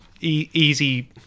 easy